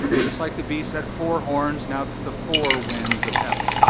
just like the beast had four horns, now that's the four winds of heaven.